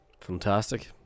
Fantastic